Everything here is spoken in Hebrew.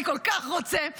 אני כל כך רוצה,